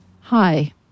Hi